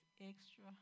extra